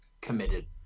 committed